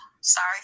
sorry